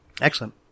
Excellent